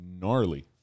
gnarly